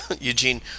Eugene